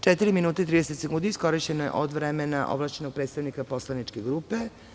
Četiri minuta i 30 sekundi iskorišćeno je od vremena ovlašćenog predstavnika poslaničke grupe.